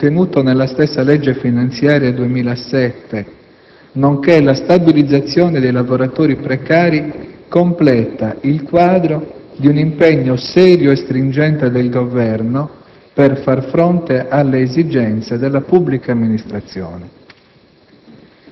contenuto nella stessa legge finanziaria 2007, nonché la stabilizzazione dei lavoratori precari, completa il quadro di un impegno serio e stringente del Governo per far fronte alle esigenze della pubblica amministrazione.